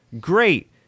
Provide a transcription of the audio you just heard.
Great